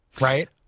right